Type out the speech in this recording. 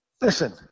Listen